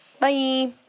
Bye